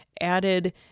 added